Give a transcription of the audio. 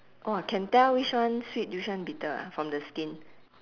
!whoa! can tell which one sweet which one bitter ah from the skin